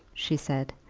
she said,